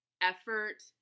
Effort